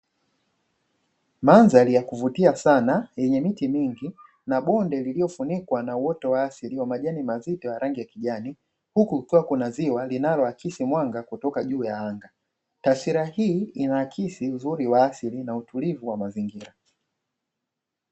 Mandhari ya kuvutia sana yenye miti mingi na bonde lililofunikwa na uoto wa asili wa majani mazito ya rangi ya kijani huku kukiwa kuna ziwa linaloakisi mwanga kutoka juu ya anga. Taswira hii inaakisi uzuri wa asili na utulivu wa mazingira.